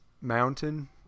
Mountain